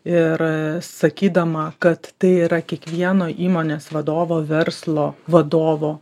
ir sakydama kad tai yra kiekvieno įmonės vadovo verslo vadovo